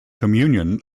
communion